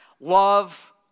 love